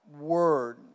word